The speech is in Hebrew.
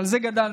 על זה גדלנו.